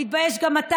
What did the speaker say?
תתבייש גם אתה,